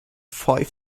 five